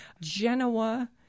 Genoa